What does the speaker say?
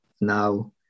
Now